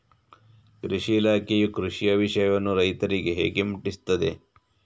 ಕೃಷಿ ಇಲಾಖೆಯು ಕೃಷಿಯ ವಿಷಯವನ್ನು ರೈತರಿಗೆ ಹೇಗೆ ಮುಟ್ಟಿಸ್ತದೆ?